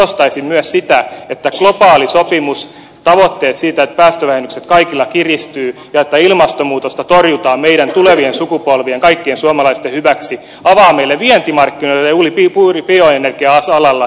korostaisin myös sitä että globaali sopimus tavoitteet siitä että päästövähennykset kaikilla kiristyvät ja että ilmastonmuutosta torjutaan meidän tulevien sukupolvien kaikkien suomalaisten hyväksi avaa meille vientimarkkinoita juuri bioenergia alalla